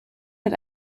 mit